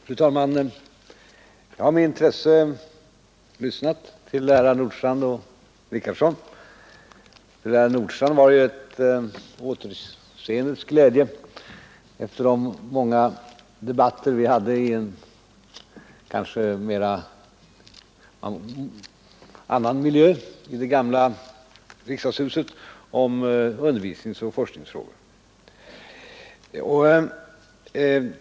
Fru talman! Jag har här med intresse lyssnat på herrar Nordstrandh och Richardson. Vad herr Nordstrandh beträffar var det med återseendets glädje, efter de många debatter vi hade i annan miljö, nämligen i det gamla riksdagshuset, om undervisningsoch forskningsfrågor.